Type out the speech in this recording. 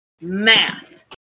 Math